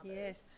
Yes